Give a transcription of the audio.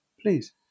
Please